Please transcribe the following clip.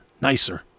nicer